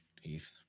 Heath